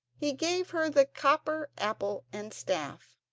he gave her the copper apple and staff.